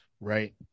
right